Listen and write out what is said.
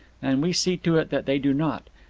and we see to it that they do not.